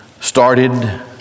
started